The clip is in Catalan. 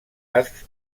arcs